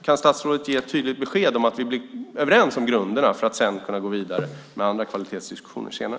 Kan statsrådet ge ett tydligt besked om att vi blir överens om grunderna för att sedan kunna gå vidare med andra kvalitetsdiskussioner?